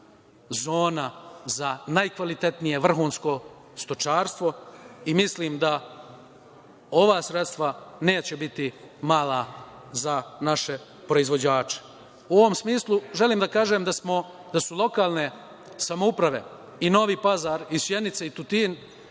zona za najkvalitetnije vrhunsko stočarstvo i mislim da ova sredstva neće biti mala za naše proizvođače. U ovom smislu želim da kažem da su lokalne samouprave Novi Pazar, Sjenica i Tutin